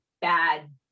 bad